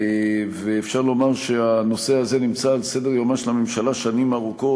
אפשר לומר שהנושא הזה נמצא על סדר-יומה של הממשלה שנים ארוכות,